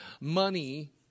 money